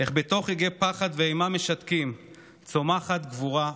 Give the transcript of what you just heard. איך בתוך רגעי פחד ואימה משתקים צומחת גבורה עצומה,